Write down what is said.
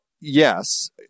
yes